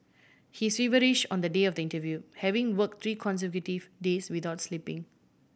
he is feverish on the day of the interview having work three consecutive days without sleeping